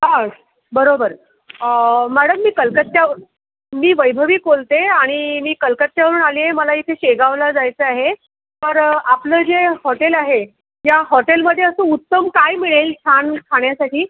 हा बरोबर मॅडम मी कलकत्त्या व मी वैभवी कोलते आणि मी कलकत्त्यावरून आली आहे मला इथे शेगावला जायचं आहे तर आपलं जे हॉटेल आहे त्या हॉटेलमध्ये असं उत्तम काय मिळेल छान खाण्यासाठी